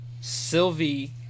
Sylvie